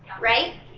right